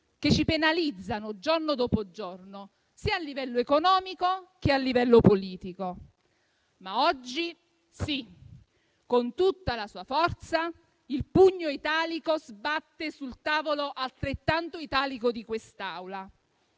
ci penalizzano giorno dopo giorno sia a livello economico che a livello politico. Ma oggi, sì, con tutta la sua forza, il pugno italico sbatte sul tavolo altrettanto italico di quest'Aula;